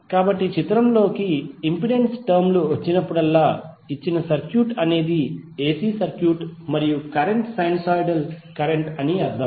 కాబట్టి చిత్రంలోకి impedance term లు వచ్చినప్పుడల్లా ఇచ్చిన సర్క్యూట్ అనేది ఎసి సర్క్యూట్ మరియు కరెంట్ సైనూసోయిడల్ కరెంట్ అని అర్థం